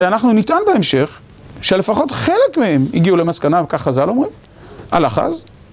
ואנחנו נטען בהמשך, שלפחות חלק מהם הגיעו למסקנה, כך חזל אומרים, על אחז.